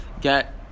get